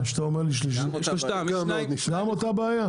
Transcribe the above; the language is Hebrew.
גם אותה בעיה?